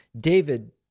David